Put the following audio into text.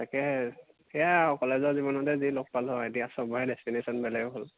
তাকে সেয়া আৰু কলেজৰ জীৱনতে যি লগ পালো আৰু এতিয়া সবৰে ডেষ্টিনেশ্যন বেলেগ হ'ল